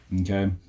Okay